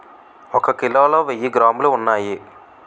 ఒక కిలోలో వెయ్యి గ్రాములు ఉన్నాయి